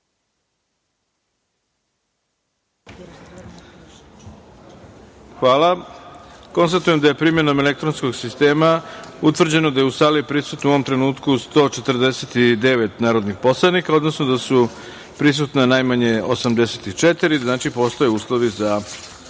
jedinice. Konstatujem da je, primenom elektronskog sistema, utvrđeno da je u sali prisutno u ovom trenutku 149 narodnih poslanika, odnosno da su prisutna najmanje 84, tako da postoje uslovi za